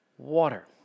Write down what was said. water